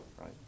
right